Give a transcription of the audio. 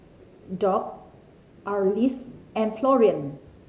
Dock Arlis and Florian